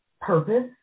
purpose